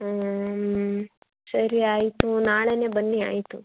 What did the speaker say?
ಹ್ಞೂ ಸರಿ ಆಯಿತು ನಾಳೆಯೇ ಬನ್ನಿ ಆಯಿತು